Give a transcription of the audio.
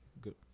good